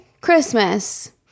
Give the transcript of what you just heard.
Christmas